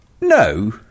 No